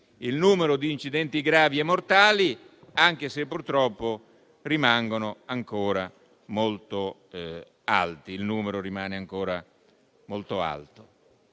il numero di incidenti gravi e mortali, anche se purtroppo rimane ancora molto alto.